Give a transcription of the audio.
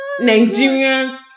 nigerian